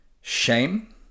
shame